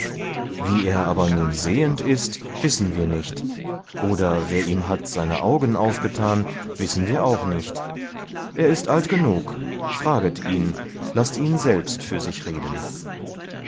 wie er aber nun sehend ist wissen wir nicht oder wer ihm hat seine augen aufgetan wissen wir auch nicht er ist alt genug fraget ihn laßt ihn selbst für sich reden